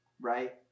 right